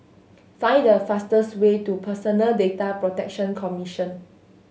find the fastest way to Personal Data Protection Commission